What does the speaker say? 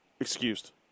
excused